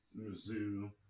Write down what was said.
Mizzou